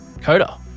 Coda